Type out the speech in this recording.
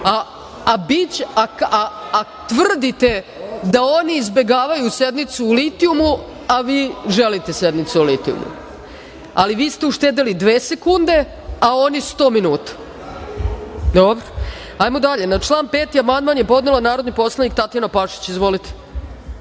A tvrdite da oni izbegavaju sednicu o litijumu a vi želite sednicu o litijumu. Ali, vi ste uštedeli dve sekunde, a oni 100 minuta. Na član 5. amandman je podnela narodni poslanik Tatjana Pašić. Izvolite.